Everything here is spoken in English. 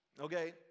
Okay